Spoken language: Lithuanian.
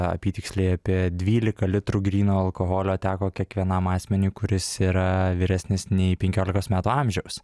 apytiksliai apie dvylika litrų gryno alkoholio teko kiekvienam asmeniui kuris yra vyresnis nei penkiolikos metų amžiaus